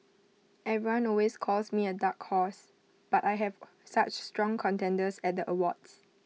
everyone always calls me A dark horse but I have such strong contenders at the awards